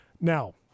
now